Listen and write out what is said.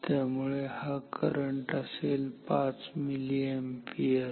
त्यामुळे हा करंट असेल 5 मिलीअॅम्पियर